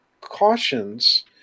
cautions